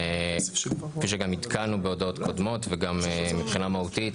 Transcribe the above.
כפי שגם עדכנו בהודעות קודמות, וגם מבחינה מהותית,